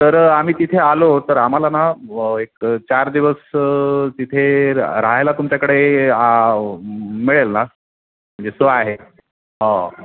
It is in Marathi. तर आम्ही तिथे आलो तर आम्हाला ना एक चार दिवस तिथे राहायला तुमच्याकडे मिळेल ना म्हणजे सो आहे हो